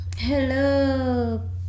hello